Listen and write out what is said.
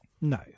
no